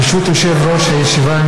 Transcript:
ברשות יושב-ראש הישיבה,